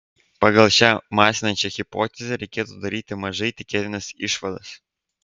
pagal šią masinančią hipotezę reikėtų daryti mažai tikėtinas išvadas